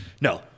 No